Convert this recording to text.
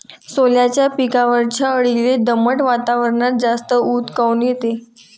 सोल्याच्या पिकावरच्या अळीले दमट वातावरनात जास्त ऊत काऊन येते?